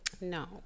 No